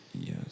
yes